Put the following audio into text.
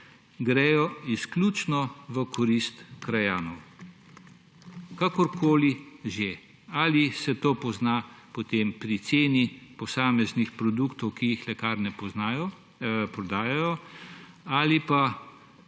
gredo izključno v korist krajanov. Kakorkoli že, ali se to pozna potem pri ceni posameznih produktov, ki jih lekarne prodajajo, ali pa